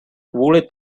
kvůli